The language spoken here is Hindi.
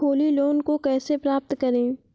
होली लोन को कैसे प्राप्त करें?